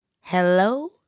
Hello